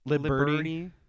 Liberty